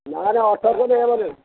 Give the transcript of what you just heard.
ନା ନା ଅଠରଶହ ନେଇ ହେବ ନାହିଁ